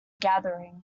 gathering